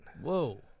Whoa